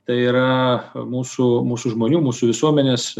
tai yra mūsų mūsų žmonių mūsų visuomenės